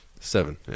seven